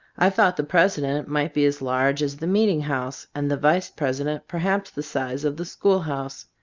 i thought the president might be as large as the meeting house, and the vice-president perhaps the size of the school house.